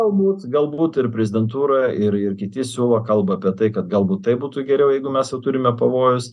galbūt galbūt ir prezidentūroje ir ir kiti siūlo kalba apie tai kad galbūt taip būtų geriau jeigu mes jau turime pavojus